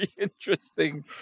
interesting